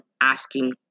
asking